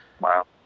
Wow